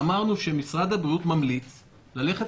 ואמרנו שמשרד הבריאות ממליץ ללכת